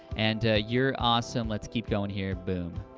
and you're awesome. let's keep going here, boom.